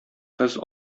кыз